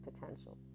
potential